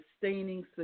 sustaining